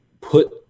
put